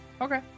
Okay